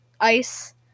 ice